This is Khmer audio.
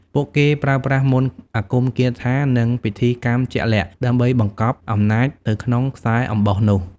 ពួកគេប្រើប្រាស់ មន្តអាគម គាថា និងពិធីកម្មជាក់លាក់ ដើម្បីបង្កប់អំណាចទៅក្នុងខ្សែអំបោះនោះ។